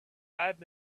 five